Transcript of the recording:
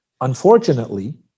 unfortunately